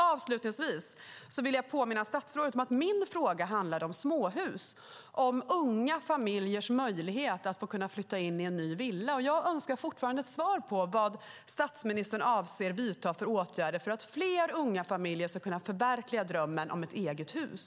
Avslutningsvis vill jag påminna statsrådet om att min fråga handlade om småhus, om unga familjers möjligheter att flytta in i en ny villa. Jag önskar fortfarande ett svar på vad statsrådet avser att vidta för åtgärder för att fler unga familjer ska kunna förverkliga drömmen om ett eget hus.